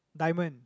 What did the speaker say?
diamond